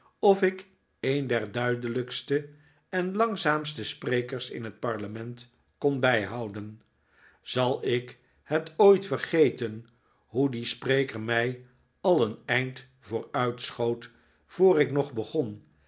of ik een der duidelijkste en langzaamste sprekers in het parlement kon bijhouden zal ik het ooit vergeten hoe die spreker mij al een eind vooruitschoot voor ik nog begon